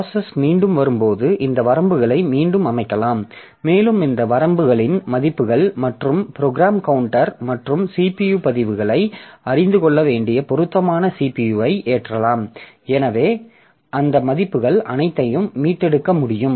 process மீண்டும் வரும்போது இந்த வரம்புகளை மீண்டும் அமைக்கலாம் மேலும் இந்த வரம்புகளின் மதிப்புகள் மற்றும் ப்ரோக்ராம் கவுண்டர் மற்றும் CPU பதிவுகளை அறிந்து கொள்ள வேண்டிய பொருத்தமான CPU ஐ ஏற்றலாம் எனவே அந்த மதிப்புகள் அனைத்தையும் மீட்டெடுக்க முடியும்